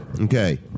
Okay